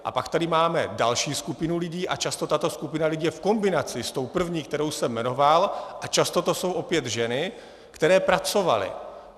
A pak tady máme další skupinu lidí a často tato skupina lidí je v kombinaci s tou první, kterou jsem jmenoval, a často to jsou opět ženy, které pracovaly.